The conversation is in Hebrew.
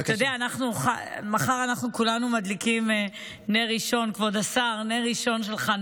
מחר כולנו מדליקים נר ראשון של חנוכה,